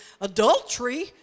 adultery